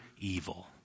evil